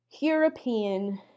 European